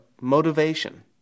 motivation